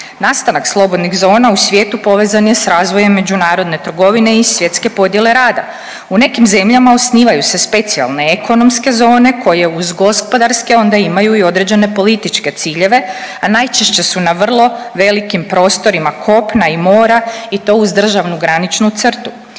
Nastanak slobodnih zona u svijetu povezan je s razvojem međunarodne trgovine i svjetske podjele rada. U nekim zemljama osnivaju se specijalne ekonomske zone koje uz gospodarske onda imaju i određene političke ciljeve, a najčešće su na vrlo velikim prostorima kopna i mora i to uz državnu graničnu crtu.